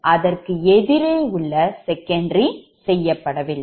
அதற்கு எதிரே உள்ள secondary செய்யப்படவில்லை